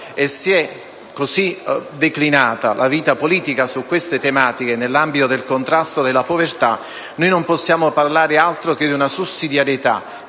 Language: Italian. Si è così declinata la vita politica su queste tematiche, nell'ambito del contrasto alla povertà, che non possiamo parlare altro che di una sussidiarietà,